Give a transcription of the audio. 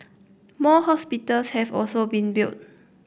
more hospitals have also been built